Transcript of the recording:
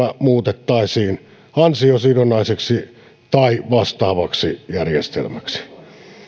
muutettaisiin ansiosidonnaiseksi tai vastaavaksi järjestelmäksi